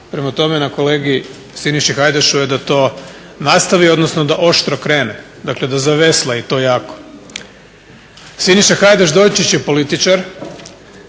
Prema tome na kolegi Siniši Hajdašu je da to nastavi odnosno da oštro krene, dakle da zavesla i to jako. Siniša Hajdaš Dončić je političar